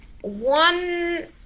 One